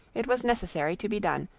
it was necessary to be done,